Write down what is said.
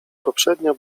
poprzednio